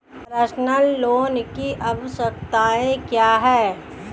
Personal loan की आवश्यकताएं क्या हैं?